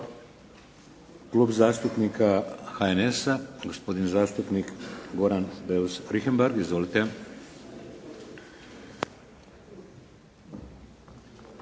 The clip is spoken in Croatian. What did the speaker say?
Klub zastupnika HNS-a, gospodin zastupnik Goran Beus Richembergh. Izvolite.